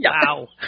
wow